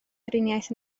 driniaeth